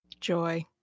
Joy